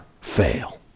fail